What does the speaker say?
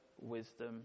wisdom